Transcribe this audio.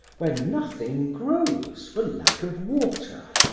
where nothing grows for lack of water.